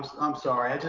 i'm sorry.